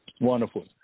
wonderful